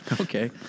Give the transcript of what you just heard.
Okay